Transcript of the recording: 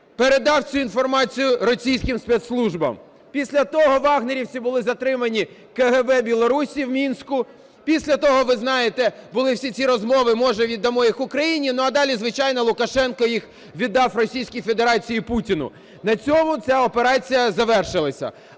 передав цю інформацію російським спецслужбам. Після того "вагнерівці" були затримані КГБ Білорусії в Мінську. Після того, ви знаєте, були всі ці розмови "може віддамо їх Україні". Ну а далі, звичайно, Лукашенко їх віддав Російській Федерації, Путіну. На цьому ця операція завершилася.